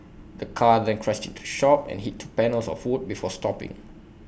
the car then crashed into shop and hit two panels of wood before stopping